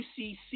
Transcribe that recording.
UCC